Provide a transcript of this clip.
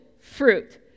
fruit